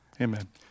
Amen